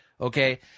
Okay